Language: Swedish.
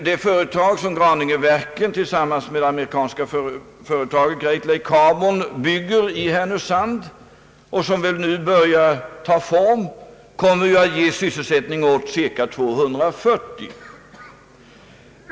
Det företag som Graningeverken tillsammans med det amerikanska företaget Great Lake Carbon bygger i Härnösand och som nu börjar ta form kommer att ge sysselsättning åt cirka 240 personer.